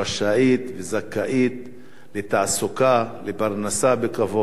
רשאית וזכאית לתעסוקה, לפרנסה בכבוד,